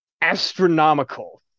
astronomical